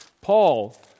Paul